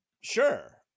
sure